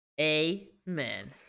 amen